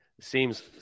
seems